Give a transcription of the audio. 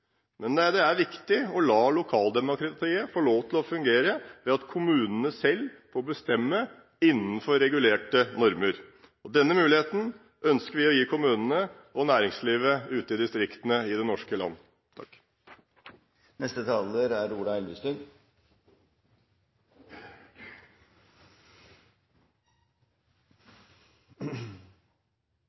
men det er viktig å la lokaldemokratiet få lov til å fungere ved at kommunene selv får bestemme, innenfor regulerte normer. Denne muligheten ønsker vi å gi kommunene og næringslivet ute i distriktene i det norske land. Det ble en litt annerledes debatt enn det jeg hadde forventet. På den ene siden er